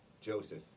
Joseph